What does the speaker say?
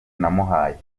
namuhaye